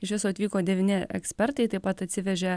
iš viso atvyko devyni ekspertai taip pat atsivežė